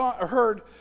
heard